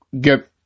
get